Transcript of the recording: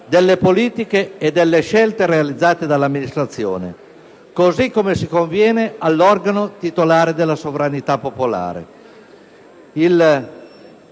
delle politiche e delle scelte realizzate dall'amministrazione, così come si conviene all'organo titolare della sovranità popolare. Il